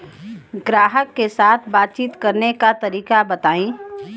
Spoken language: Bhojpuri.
ग्राहक के साथ बातचीत करने का तरीका बताई?